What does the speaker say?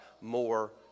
more